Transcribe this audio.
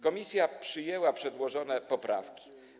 Komisja przyjęła przedłożone poprawki.